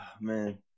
man